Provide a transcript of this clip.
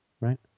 Right